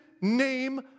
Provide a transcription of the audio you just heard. name